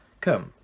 Come